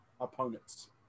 opponents